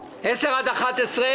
11,